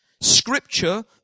Scripture